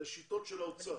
אלה שיטות של האוצר.